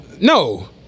No